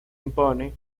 impone